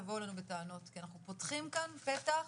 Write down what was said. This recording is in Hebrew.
יבואו אלינו בטענות כי אנחנו פותחים כאן פתח